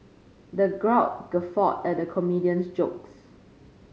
the crowd guffawed at the comedian's jokes